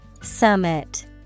Summit